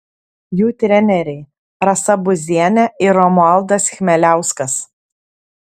jų treneriai rasa buzienė ir romualdas chmeliauskas